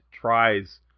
tries